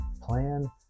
plan